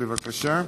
בבקשה.